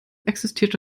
existierte